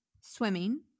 swimming